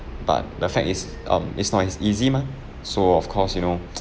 but the fact is um it's not as easy mah so of course you know